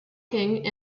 king